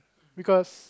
because